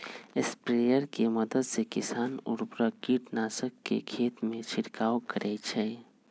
sprayer के मदद से किसान उर्वरक, कीटनाशक के खेतमें छिड़काव करई छई